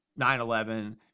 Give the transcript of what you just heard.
9-11